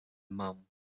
mum